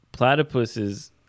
platypuses